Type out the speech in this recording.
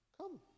come